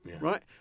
Right